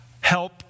help